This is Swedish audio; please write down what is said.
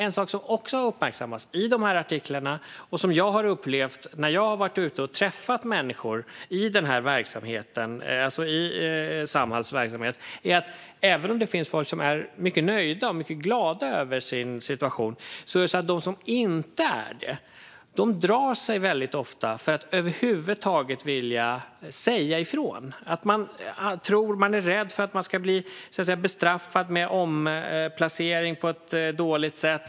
En sak som också har uppmärksammats i artiklarna och som jag har upplevt när jag har varit ute och träffat människor i Samhalls verksamhet är att även om det finns människor som är mycket nöjda och mycket glada över sin situation drar sig de som inte är det väldigt ofta för att över huvud taget vilja säga ifrån. De är rädda för att de ska bli bestraffade med omplacering på ett dåligt sätt.